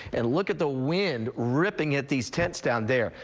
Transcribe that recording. and look at the wind ripping at these tents down there.